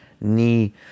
knee